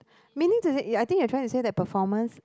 meaning to say ya I think you're trying to say that performance